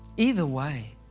either way,